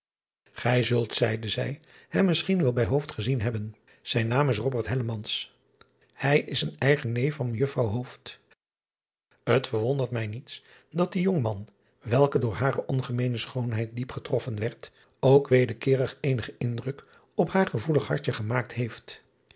ij zult zeide zij hem misschien wel bij gezien hebben ijn naam is ij is een eigen neef van ejuffrouw t erwondert mij niets dat die jongnam welke door hare ongemeene schoonheid diep getroffen werd ook wederkeerig eenigen indruk op haar gevoelig hartje gemaakt heeft